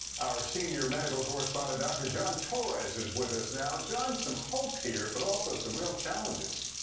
our senior medical correspondent dr. john torres is with us now. john, some hope here but also some real challenges.